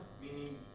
Meaning